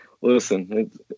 listen